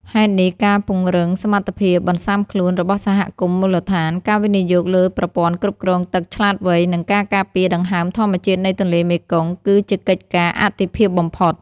ហេតុនេះ ការពង្រឹងសមត្ថភាពបន្ស៊ាំខ្លួនរបស់សហគមន៍មូលដ្ឋាន ការវិនិយោគលើប្រព័ន្ធគ្រប់គ្រងទឹកឆ្លាតវៃ និងការការពារដង្ហើមធម្មជាតិនៃទន្លេមេគង្គ គឺជាកិច្ចការអាទិភាពបំផុត។